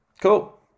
Cool